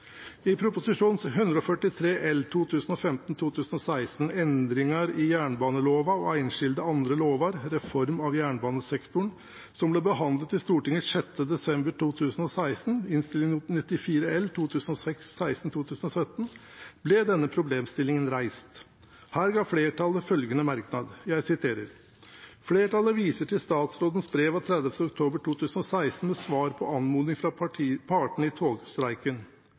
I Prop. 143 L for 2015–2016, Endringar i jernbanelova og einskilde andre lover , som ble behandlet i Stortinget den 1. desember 2016, og i Innst. 94 L for 2016–2017 ble denne problemstillingen reist. Her ga flertallet følgende merknad: «Flertallet viser til statsrådens brev av 30. oktober 2016 med svar på anmodning fra partene i togstreiken.